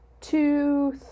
two